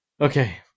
Okay